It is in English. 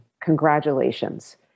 congratulations